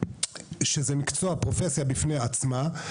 שזה מקצוע בפני עצמו,